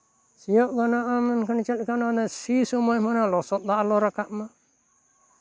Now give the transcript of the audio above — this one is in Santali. ᱥᱤᱭᱳᱜ ᱜᱟᱱᱚᱜᱼᱟ ᱢᱮᱱᱠᱷᱟᱱ ᱪᱮᱫ ᱞᱮᱠᱟ ᱥᱤ ᱥᱚᱢᱚᱭ ᱢᱟᱱᱮ ᱞᱚᱥᱚᱫ ᱫᱟᱜ ᱟᱞᱚ ᱨᱟᱠᱟᱵᱽ ᱢᱟ